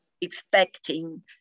expecting